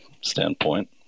standpoint